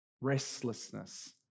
restlessness